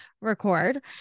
record